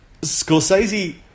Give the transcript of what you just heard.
Scorsese